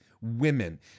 women